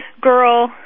girl